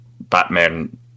Batman